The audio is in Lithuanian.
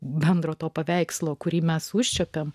bendro to paveikslo kurį mes užčiuopėme